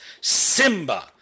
Simba